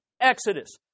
Exodus